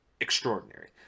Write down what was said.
extraordinary